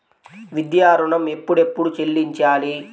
విద్యా ఋణం ఎప్పుడెప్పుడు చెల్లించాలి?